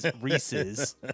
Reese's